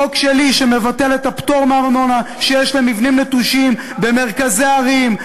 חוק שלי שמבטל את הפטור מארנונה שיש למבנים נטושים במרכזי ערים.